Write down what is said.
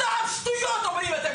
סתם שטויות אומרים אתם פה.